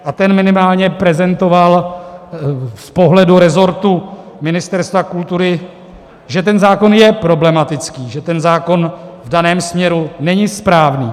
A ten minimálně prezentoval z pohledu rezortu Ministerstva kultury, že ten zákon je problematický, že ten zákon v daném směru není správný.